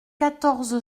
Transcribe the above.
quatorze